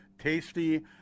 tasty